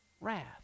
wrath